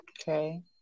Okay